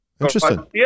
interesting